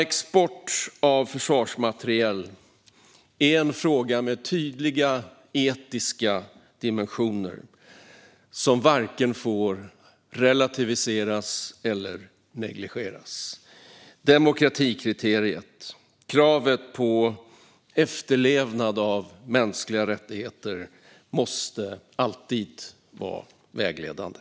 Export av försvarsmateriel är en fråga med tydliga etiska dimensioner som varken får relativiseras eller negligeras. Demokratikriteriet och kravet på efterlevnad av mänskliga rättigheter måste alltid vara vägledande.